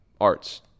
arts